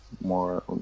more